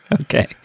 Okay